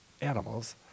animals